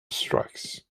strikes